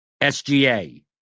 SGA